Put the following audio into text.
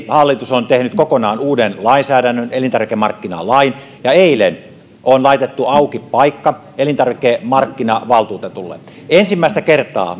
hallitus on tehnyt kokonaan uuden lainsäädännön elintarvikemarkkinalain ja eilen on laitettu auki paikka elintarvikemarkkinavaltuutetulle ensimmäistä kertaa